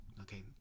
okay